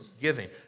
giving